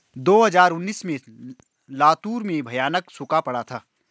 दो हज़ार उन्नीस में लातूर में भयानक सूखा पड़ा था